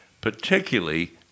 particularly